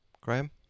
Graham